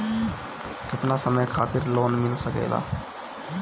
केतना समय खातिर लोन मिल सकेला?